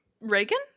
Reagan